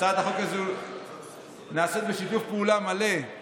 הצעת החוק הזו נעשית בשיתוף פעולה מלא עם